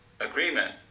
Agreement